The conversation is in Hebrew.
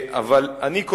אני,